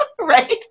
right